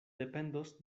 dependos